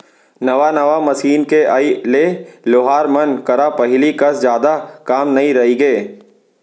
नवा नवा मसीन के आए ले लोहार मन करा पहिली कस जादा काम नइ रइगे